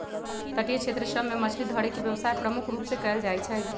तटीय क्षेत्र सभ में मछरी धरे के व्यवसाय प्रमुख रूप से कएल जाइ छइ